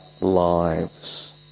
lives